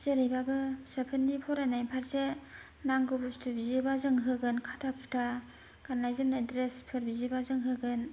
जेरैबाबो फिसाफोरनि फरायनायनि फारसे नांगौ बस्तु बियोबा जों होगोन खाथा खुथा गाननाय जोमनाय द्रेसफोर बियोबा जों होगोन